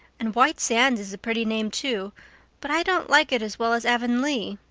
and white sands is a pretty name, too but i don't like it as well as avonlea.